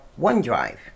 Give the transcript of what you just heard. OneDrive